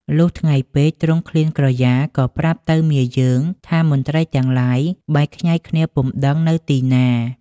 លុះថ្ងៃពេក ទ្រង់ឃ្លានក្រយាក៏ប្រាប់ទៅមាយើងថាមន្ត្រីទាំងឡាយបែកខ្ញែកគ្នាពុំដឹងនៅទីណា។